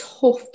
tough